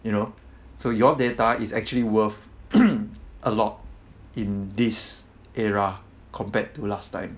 you know so your data is actually a lot in this era compared to last time